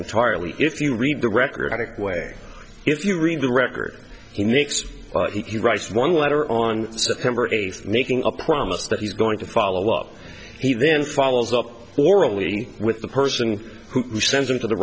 entirely if you read the record i think way if you read the record he makes he writes one letter on september eighth making a promise that he's going to follow up he then follows up orally with the person who sends him to the